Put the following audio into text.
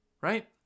right